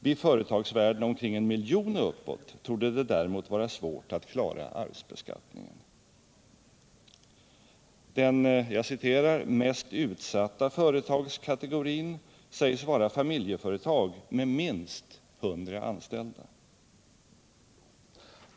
Vid företagsvärden omkring en miljon och uppåt torde det däremot vara svårt att klara arvsbeskattningen ---.” Den ”mest utsatta företagskategorin” sägs vara familjeföretag med minst 100 anställda.